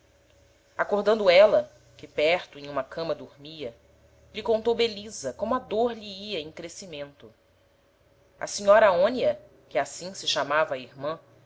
acordando éla que perto em uma cama dormia lhe contou belisa como a dôr lhe ia em crescimento a senhora aonia que assim se chamava a irman